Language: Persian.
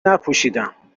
نپوشیدم